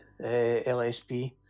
LSP